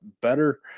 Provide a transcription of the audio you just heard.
better